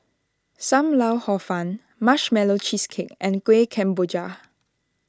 Sam Lau Hor Fun Marshmallow Cheesecake and Kueh Kemboja